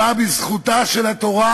שבא בזכותה של התורה,